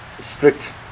strict